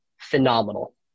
phenomenal